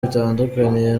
bitandukaniye